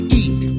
eat